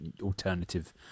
alternative